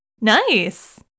Nice